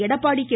Edappadi K